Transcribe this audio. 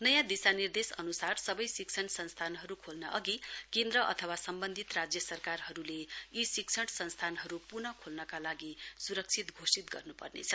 नयाँ दिशानिर्देश अन्सार सबै शिक्षण संस्थानहरू खोल्न अघि केन्द्र अथवा समबन्धित राज्य सरकारहरूले यी शिक्षण संस्थानहरू प्नः खोल्नका लागि सुरक्षित घोषित गर्न्पर्नेछ